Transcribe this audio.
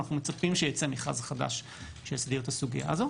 אנחנו מצפים שייצא מכרז חדש שיסדיר את הסוגיה הזו.